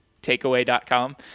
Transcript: Takeaway.com